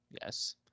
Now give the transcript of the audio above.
yes